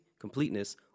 completeness